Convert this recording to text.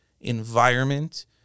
environment